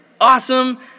awesome